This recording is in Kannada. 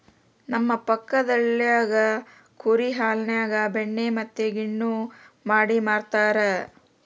ನಮ್ಮ ಪಕ್ಕದಳ್ಳಿಗ ಕುರಿ ಹಾಲಿನ್ಯಾಗ ಬೆಣ್ಣೆ ಮತ್ತೆ ಗಿಣ್ಣು ಮಾಡಿ ಮಾರ್ತರಾ